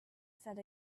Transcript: said